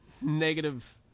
negative